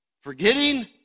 Forgetting